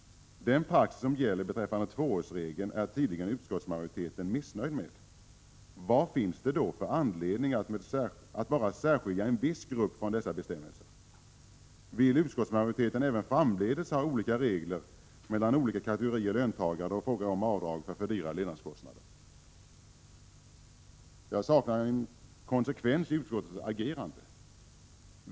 Den praxis som gäller beträffande tvåårsregeln är tydligen utskottsmajorite ten missnöjd med. Vad finns det då för anledning att bara särskilja en viss grupp från dessa bestämmelser? Vill utskottsmajoriteten även framledes ha olika regler mellan olika kategorier löntagare då det är fråga om avdrag för fördyrade levnadsomkostnader? Jag saknar konsekvens i utskottets agerande.